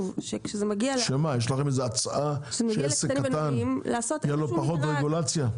יש לכם איזו הצעה שלעסק קטן תהיה פחות רגולציה?